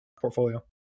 portfolio